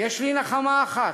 "יש לי נחמה אחת,